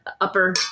upper